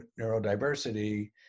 neurodiversity